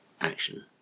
action